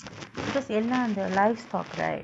because எல்லா அந்த:ella andtha livestock right